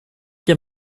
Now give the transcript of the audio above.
qu’à